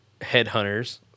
headhunters